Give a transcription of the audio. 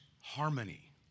harmony